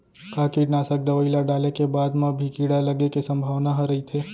का कीटनाशक दवई ल डाले के बाद म भी कीड़ा लगे के संभावना ह रइथे?